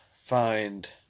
Find